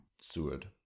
Seward